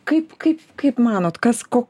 kaip kaip kaip manot kas ko